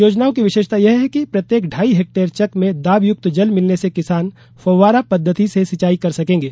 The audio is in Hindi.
योजनाओं की विशेषता यह है कि प्रत्येक ढाई हेक्टेयर चक में दाबयुक्त जल मिलने से किसान फौव्वारा पद्वति से सिंचाई कर सकेंगे